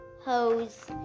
Hose